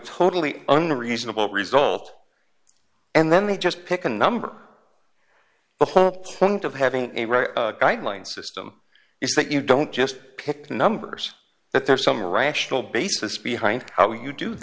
totally unreasonable result and then we just pick a number of having a right line system is that you don't just pick numbers that there's some rational basis behind how you do